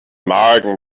magen